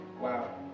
Wow